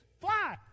Fly